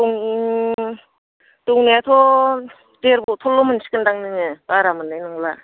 दङ दंनायाथ' देर बथ'लल' मोनसिगोनखोमा नोङो बारा मोननाय नंला